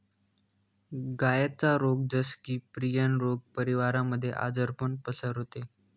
गायांचा रोग जस की, प्रियन रोग परिवारामध्ये आजारपण पसरवते